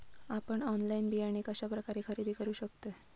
आपन ऑनलाइन बियाणे कश्या प्रकारे खरेदी करू शकतय?